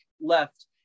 left